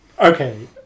okay